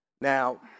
Now